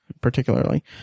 particularly